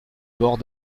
bords